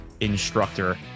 instructor